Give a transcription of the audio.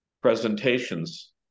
presentations